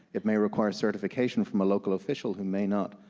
it may require certification from a local official who may not